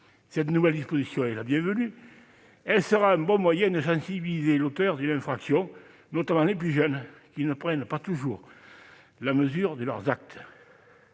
Cette nouvelle disposition est la bienvenue, car elle sera un bon moyen de sensibiliser les auteurs d'infraction, notamment les plus jeunes, qui ne prennent pas toujours la mesure de leurs actes.